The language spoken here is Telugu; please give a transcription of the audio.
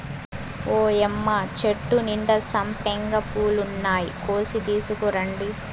ఓయ్యమ్మ చెట్టు నిండా సంపెంగ పూలున్నాయి, కోసి తీసుకురండి